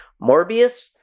morbius